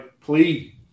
please